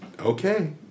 Okay